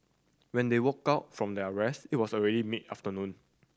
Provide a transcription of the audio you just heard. when they woke out from their rest it was already mid afternoon